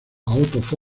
otto